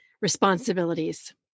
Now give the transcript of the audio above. responsibilities